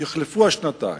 יחלפו השנתיים,